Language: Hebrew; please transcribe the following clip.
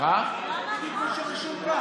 כמו שרשום כאן.